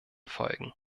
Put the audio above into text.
folgen